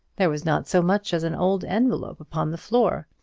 there was not so much as an old envelope upon the floor.